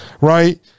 right